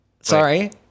Sorry